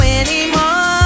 anymore